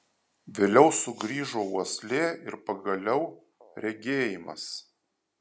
vėliau sugrįžo uoslė ir pagaliau regėjimas